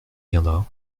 viendra